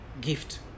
gift